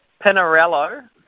Pinarello